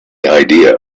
idea